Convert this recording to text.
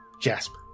Jasper